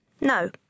No